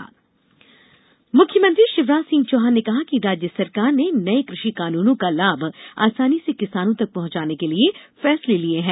मुख्यमंत्री मुख्यमंत्री शिवराज सिंह चौहान ने कहा है कि राज्य सरकार ने नये कृषि कानूनों का लाभ आसानी से किसानों तक पहुंचाने के लिये फैसले लिये हैं